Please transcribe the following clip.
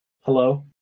Hello